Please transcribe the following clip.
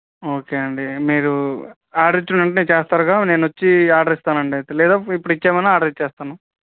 okay అండి మీరు order ఇచ్చిన వెంటనే చేస్తారు కదా నేను వచ్చి ఆర్డర్ ఇస్తాను అండి అయితే లేదా ఇప్పుడు ఇవ్వమన్నా ఆర్డర్ ఇస్తాను